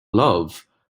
love